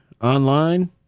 online